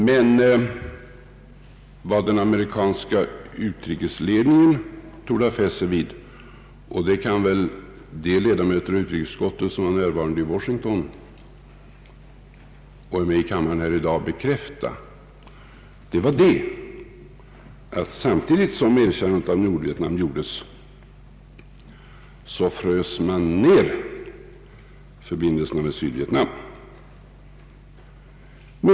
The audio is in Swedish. Men vad den amerikanska utrikesledningen torde ha fäst sig vid var — det kan väl de ledamöter av utrikesutskottet som var närvarande i Washington och är med i kammaren här i dag bekräfta — att samtidigt som erkännandet av Nordvietnam gjordes, frös man ned förbindelserna med Sydvietnam.